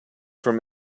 from